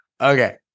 okay